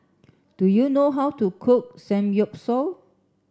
do you know how to cook Samgyeopsal